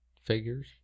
figures